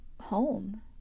home